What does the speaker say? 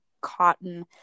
cotton